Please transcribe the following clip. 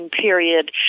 period